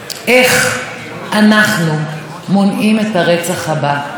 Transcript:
ביום הזה של פתיחת המושב היינו צריכים